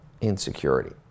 Insecurity